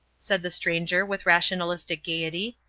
said the stranger with rationalistic gaiety.